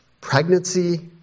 pregnancy